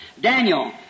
Daniel